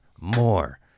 more